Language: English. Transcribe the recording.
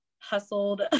Hustled